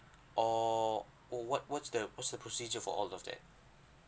or what what's the what's the procedure for all of that